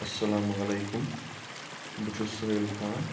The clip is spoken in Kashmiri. اَسلامُ علیکُم بہٕ چھُس سہیل خان